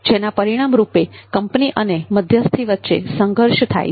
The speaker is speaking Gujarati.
જેના પરિણામરૂપે કંપની અને મધ્યસ્થી વચ્ચે સંઘર્ષ થાય છે